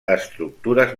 estructures